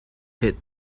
hit